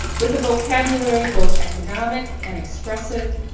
with the vocabulary both economic and expressive,